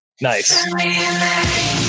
Nice